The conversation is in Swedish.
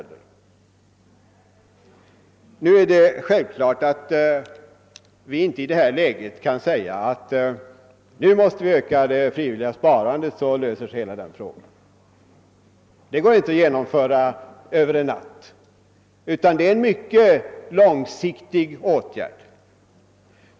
Det är självklart att vi inte i dagens läge kan säga att »nu måste vi öka det frivilliga sparandet, så löser sig hela problemet». Det går inte att åstadkomma ett ökat sparande över en natt, utan det är en mycket långsiktig åtgärd.